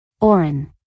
Oren